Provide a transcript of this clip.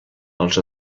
els